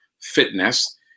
fitness